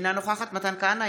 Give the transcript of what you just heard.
אינה נוכחת מתן כהנא,